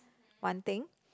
one thing